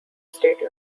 state